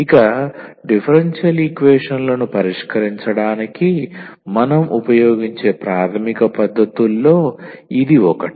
ఇక డిఫరెన్షియల్ ఈక్వేషన్ల ను పరిష్కరించడానికి మనం ఉపయోగించే ప్రాథమిక పద్ధతుల్లో ఇది ఒకటి